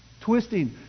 Twisting